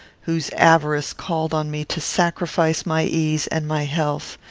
whose avarice called on me to sacrifice my ease and my health,